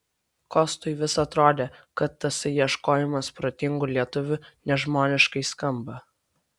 kostui vis atrodė kad tasai ieškojimas protingų lietuvių nežmoniškai skamba